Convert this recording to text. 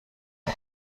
آید